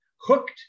hooked